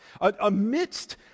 amidst